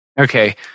Okay